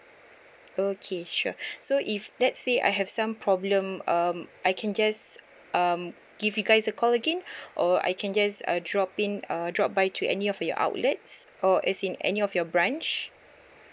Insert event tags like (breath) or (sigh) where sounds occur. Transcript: okay sure (breath) so if let's say I have some problem um I can just um give you guys a call again (breath) or I can just uh drop in uh drop by to any of your outlets or as in any of your branch